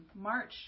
March